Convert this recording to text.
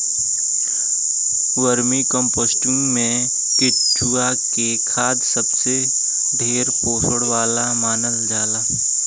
vermicomposting में केचुआ के खाद सबसे ढेर पोषण वाला मानल जाला